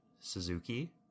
Suzuki